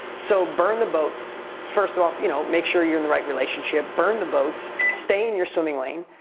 so, burn the boats. first off, you know, make sure you're in the right relationship. burn the boats, stay in your swimming lane,